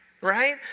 right